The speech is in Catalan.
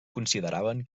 consideraven